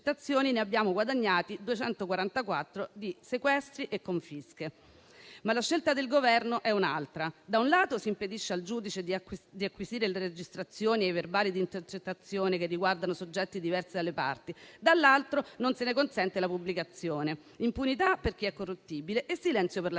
ne abbiamo guadagnati 244 di sequestri e confische. La scelta del Governo però è un'altra: da un lato, si impedisce al giudice di acquisire le registrazioni e i verbali di intercettazione che riguardano soggetti diversi dalle parti; dall'altro lato, non se ne consente la pubblicazione. Impunità per chi è corruttibile e silenzio per la stampa.